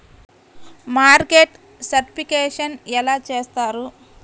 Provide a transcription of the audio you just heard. Market certification ఎలా చేస్తారు?